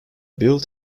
built